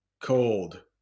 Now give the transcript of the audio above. cold